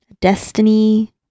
destiny